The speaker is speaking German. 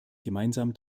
gemeinsam